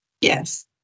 Yes